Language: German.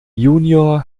junior